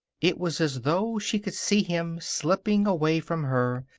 it was as though she could see him slipping away from her,